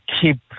keep